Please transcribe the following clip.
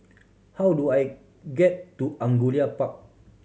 how do I get to Angullia Park